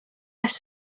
less